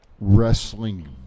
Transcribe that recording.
wrestling